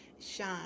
shine